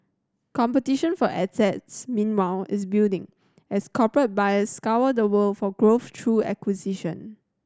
competition for assets meanwhile is building as corporate buyers scour the world for growth through acquisition